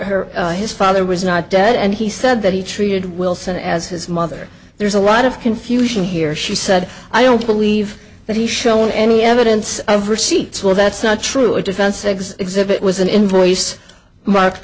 father her his father was not dead and he said that he treated wilson as his mother there's a lot of confusion here she said i don't believe that he's shown any evidence of receipts well that's not true a defense eggs exhibit was an invoice mark